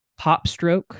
Popstroke